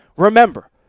Remember